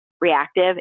reactive